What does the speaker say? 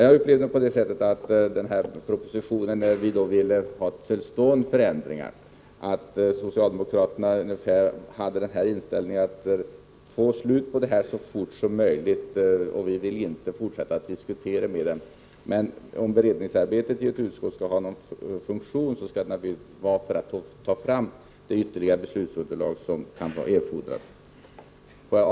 Jag upplever situationen så — med tanke på att vi vill få till stånd förändringar — att socialdemokraterna så fort som möjligt vill få ett slut på debatten. Ytterligare diskussioner skall det inte vara. Men om beredningsarbetet i ett utskott skall ha någon funktion, skall man naturligtvis ta fram det ytterligare beslutsunderlag som kan vara erforderligt.